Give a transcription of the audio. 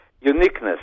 uniqueness